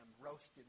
roasted